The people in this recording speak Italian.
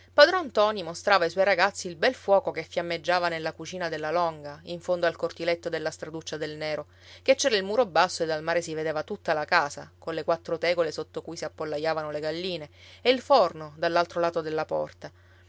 padron ntoni mostrava ai suoi ragazzi il bel fuoco che fiammeggiava nella cucina della longa in fondo al cortiletto della straduccia del nero che c'era il muro basso e dal mare si vedeva tutta la casa colle quattro tegole sotto cui si appollaiavano le galline e il forno dall'altro lato della porta